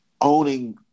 owning